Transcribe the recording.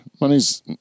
Money's